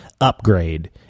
upgrade